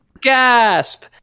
Gasp